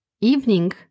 Evening